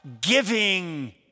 giving